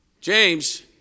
James